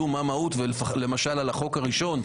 למשל על החוק הראשון,